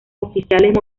oficiales